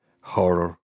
horror